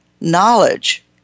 knowledge